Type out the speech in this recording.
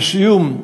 לסיום,